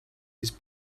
his